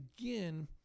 again